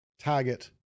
Target